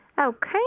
Okay